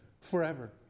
forever